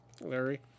Larry